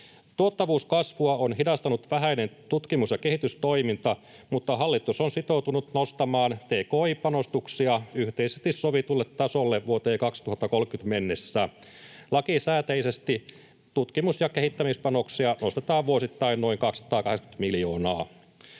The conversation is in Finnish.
Tuottavuuskasvua on hidastanut vähäinen tutkimus- ja kehitystoiminta, mutta hallitus on sitoutunut nostamaan tki-panostuksia yhteisesti sovitulle tasolle vuoteen 2030 mennessä. Lakisääteisesti tutkimus- ja kehittämispanoksia nostetaan vuosittain noin 280 miljoonaa.